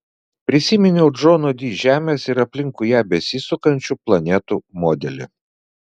prisiminiau džono di žemės ir aplinkui ją besisukančių planetų modelį